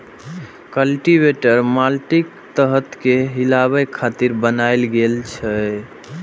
cultivator माटिक सतह कें हिलाबै खातिर बनाएल गेल छै